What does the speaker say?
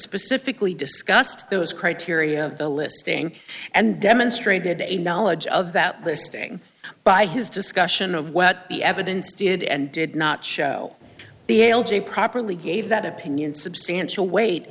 specifically discussed those criteria of the listing and demonstrated a knowledge of that there standing by his discussion of what the evidence did and did not show the l g properly gave that opinion substantial weight